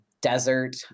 desert